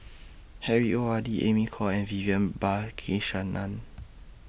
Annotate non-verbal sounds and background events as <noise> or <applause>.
<noise> Harry ORD Amy Khor and Vivian Balakrishnan